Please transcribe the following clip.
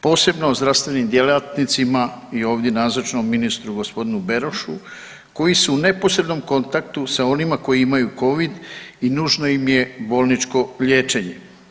Posebno zdravstvenim djelatnicima i ovdje nazočnom ministru gospodinu Berošu koji su u neposrednom kontaktu s onima koji imaju Covid i nužno im je bolničko liječenje.